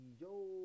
Yo